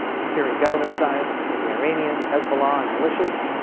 the syrian government side with the iranians, hezbollah, and militias.